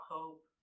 Hope